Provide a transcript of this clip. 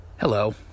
Hello